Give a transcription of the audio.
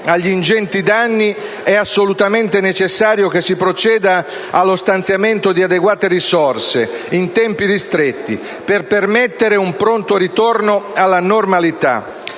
agli ingenti danni, è assolutamente necessario che si proceda allo stanziamento di adeguate risorse in tempi ristretti, per permettere un pronto ritorno alla normalità.